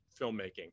filmmaking